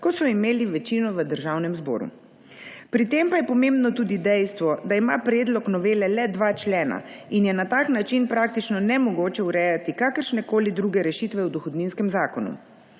ko so imeli večino v Državnem zboru. Pri tem pa je pomembno tudi dejstvo, da ima predlog novele le dva člena in je na tak način praktično nemogoče urejati kakršnekoli druge rešitve v dohodninskem zakonu.